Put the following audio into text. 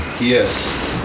Yes